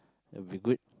will be good